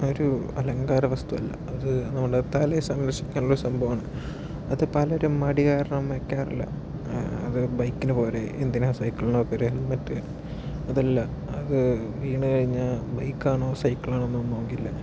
ഒരു അലങ്കാരവസ്തുവല്ല അത് നമ്മടെ തലയെ സംരക്ഷിയ്ക്കാനുള്ള സംഭവമാണ് അത് പലരും മടി കാരണം വെയ്ക്കാറില്ല അത് ബൈക്കിന് പോരെ എന്തിനാ സൈക്കിളിനൊക്കെയൊരു ഹെൽമെറ്റ് അതല്ല അത് വീണ് കഴിഞ്ഞാൽ ബൈക്ക് ആണോ സൈക്കിൾ ആണോയെന്നെന്നും നോക്കില്ല